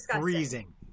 freezing